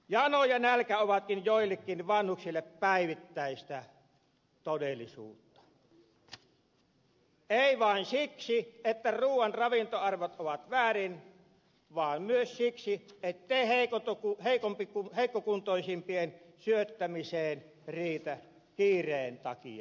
jano ja nälkä ovatkin joillekin vanhuksille päivittäistä todellisuutta ei vain siksi että ruoan ravintoarvot ovat väärin vaan myös siksi ettei heikkokuntoisimpien syöttämiseen riitä kiireen takia aikaa